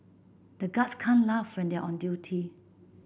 the guards can't laugh when they are on duty